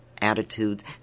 attitudes